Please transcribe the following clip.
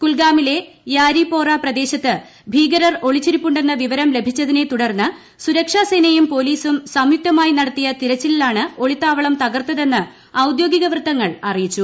കുൽഗാമിലെ യാരിപോറ പ്രദേശത്ത് ഭീകരർ ഒളിച്ചിരിപ്പുണ്ടെന്ന വിവരം ലഭിച്ചതിനെ തുടർന്ന് സുരക്ഷ സേനയും പൊലീസും സംയുക്തമായി നടത്തിയ തിരച്ചിലിലാണ് ഒളിത്താവളം തകർത്തതെന്ന് ഔദ്യോഗിക വൃത്തങ്ങൾ അറിയിച്ചു